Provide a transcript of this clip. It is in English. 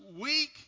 weak